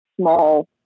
small